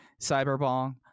Cyberbong